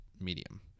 medium